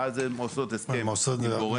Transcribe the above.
ואז הן עושות הסכם עם גורם פרטי.